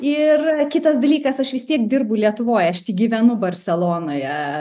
ir kitas dalykas aš vis tiek dirbu lietuvoj aš gyvenu barselonoje